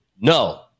No